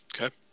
Okay